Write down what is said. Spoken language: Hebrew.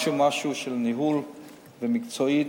משהו-משהו של ניהול ומקצועיות.